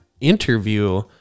interview